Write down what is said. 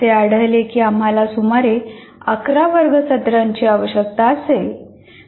असे आढळले की आम्हाला सुमारे 11 वर्ग सत्रांची आवश्यकता असेल